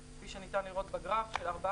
כפי שניתן לראות בגרף, בסך הכול, יש ירידה של